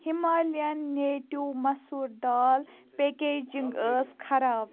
Himalayan native masoor dal packaging ٲس خراب